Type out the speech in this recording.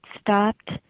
stopped